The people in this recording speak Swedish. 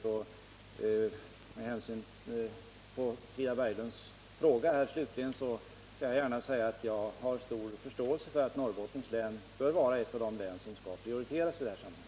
På Frida Berglunds fråga, slutligen, skall jag gärna svara att jag har stor förståelse för att Norrbottens län bör vara ett av de län som skall prioriteras i detta sammanhang.